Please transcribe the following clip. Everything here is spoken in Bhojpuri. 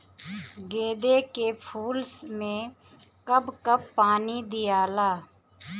गेंदे के फूल मे कब कब पानी दियाला?